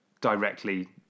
directly